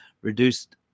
reduced